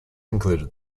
included